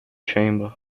chamber